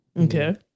okay